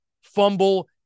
fumble